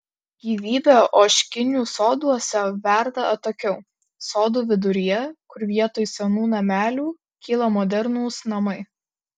gyvybė ožkinių soduose verda atokiau sodų viduryje kur vietoj senų namelių kyla modernūs namai